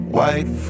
White